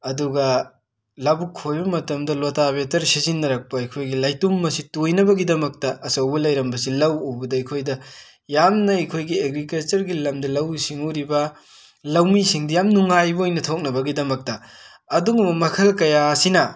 ꯑꯗꯨꯒ ꯂꯕꯨꯛ ꯈꯣꯏꯕ ꯃꯇꯝꯗ ꯂꯣꯇꯥ ꯕꯦꯇꯔ ꯁꯤꯖꯤꯟꯅꯔꯛꯄ ꯑꯈꯣꯏꯒꯤ ꯂꯩꯇꯨꯝ ꯑꯁꯤ ꯇꯣꯏꯅꯕꯒꯤꯗꯃꯛꯇ ꯑꯆꯧꯕ ꯂꯩꯔꯝꯕꯁꯦ ꯂꯧ ꯎꯕꯗ ꯑꯈꯣꯏꯗ ꯌꯥꯝꯅ ꯑꯩꯈꯣꯏꯒꯤ ꯑꯦꯒ꯭ꯔꯤꯀꯜꯆꯔꯒꯤ ꯂꯝꯗ ꯂꯧꯋꯎ ꯁꯤꯡꯉꯨꯔꯤꯕ ꯂꯧꯃꯤꯁꯤꯡꯗꯤ ꯌꯥꯝ ꯅꯨꯉꯥꯏꯕ ꯑꯣꯏꯅ ꯊꯣꯛꯅꯕꯒꯤꯗꯃꯛꯇꯥ ꯑꯗꯨꯒꯨꯝꯕ ꯃꯈꯜ ꯀꯌꯥ ꯑꯁꯤꯅ